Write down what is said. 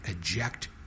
eject